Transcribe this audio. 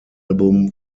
album